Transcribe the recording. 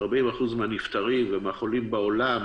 40% מהנפטרים ומהחולים בעולם